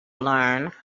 learn